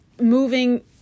moving